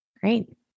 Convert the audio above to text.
Great